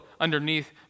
underneath